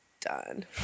done